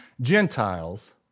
Gentiles